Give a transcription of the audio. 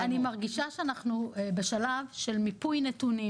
אני מרגישה שאנחנו בשלב של מיפוי נתונים,